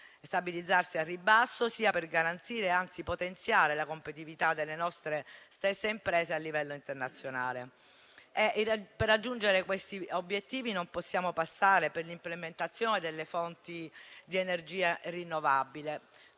stabilizzarsi al ribasso, sia per garantire e anzi potenziare la competitività delle nostre stesse imprese a livello internazionale. Per raggiungere questi obiettivi non possiamo non passare per l'implementazione delle fonti di energia rinnovabile,